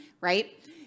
right